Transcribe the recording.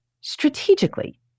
strategically